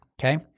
Okay